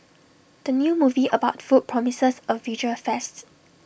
the new movie about food promises A visual feast